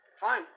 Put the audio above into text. fine